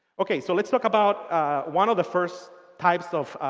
okay. so let's talk about one of the first types of